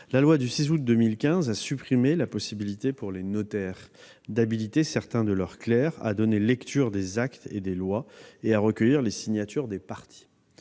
la loi du 6 août 2015 précitée a supprimé la possibilité, pour les notaires, d'habiliter certains de leurs clercs à donner lecture des actes et des lois et à recueillir les signatures des parties.